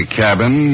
cabin